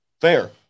fair